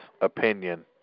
opinion